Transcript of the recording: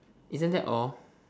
isn't that all